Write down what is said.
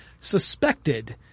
suspected